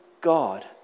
God